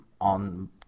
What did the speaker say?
on